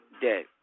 dead